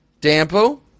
Dampo